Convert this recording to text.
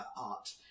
art